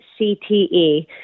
CTE